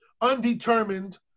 undetermined